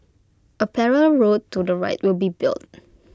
A parallel road to the right will be built